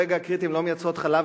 ברגע הקריטי הן לא מייצרות חלב,